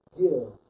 give